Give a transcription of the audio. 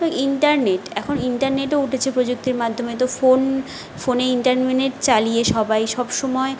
internet এখন ইন্টারনেটও উঠেছে প্রযুক্তির মাধ্যমে তো ফোন ফোনে ইন্টারমিনেট চালিয়ে সবাই সবসময়